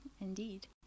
indeed